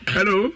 Hello